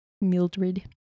Mildred